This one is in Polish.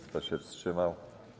Kto się wstrzymał?